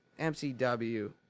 MCW